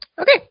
Okay